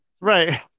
right